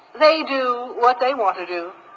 they do what they want to do.